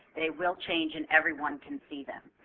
they will change and everyone can see them.